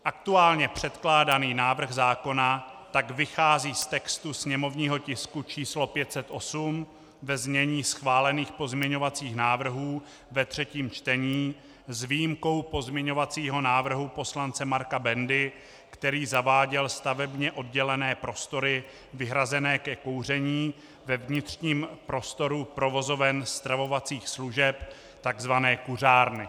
Aktuálně tak předkládaný návrh zákona vychází z textu sněmovního tisku č. 508 ve znění schválených pozměňovacích návrhů ve třetím čtení s výjimkou pozměňovacího návrhu poslance Marka Bendy, který zaváděl stavebně oddělené prostory vyhrazené ke kouření ve vnitřním prostoru provozoven stravovacích služeb, takzvané kuřárny.